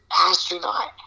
astronaut